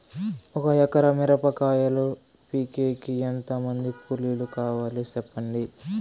ఒక ఎకరా మిరప కాయలు పీకేకి ఎంత మంది కూలీలు కావాలి? సెప్పండి?